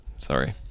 sorry